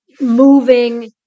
moving